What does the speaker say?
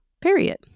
period